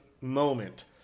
moment